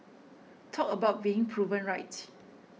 talk about being proven right